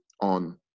on